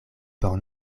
por